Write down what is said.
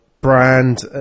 brand